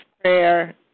prayer